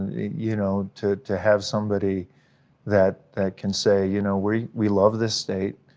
you know, to to have somebody that can say, you know, we we love this state,